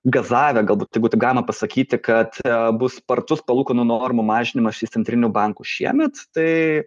gazavę galbūt tai būtų galima pasakyti kad abu spartus palūkanų normų mažinimas iš centrinių bankų šiemet tai